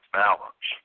balance